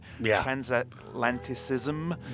transatlanticism